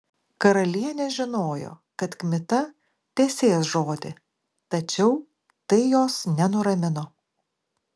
karalienė žinojo kad kmita tesės žodį tačiau tai jos nenuramino